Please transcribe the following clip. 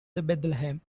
bethlehem